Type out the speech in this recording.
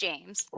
James